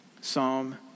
Psalm